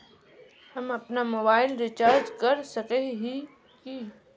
हम अपना mobile recharge कर सकय हिये की?